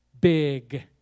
big